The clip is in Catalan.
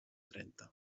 trenta